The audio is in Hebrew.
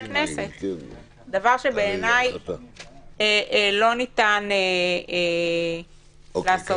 הכנסת דבר שבעיניי לא ניתן לעשות אותו.